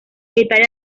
detalla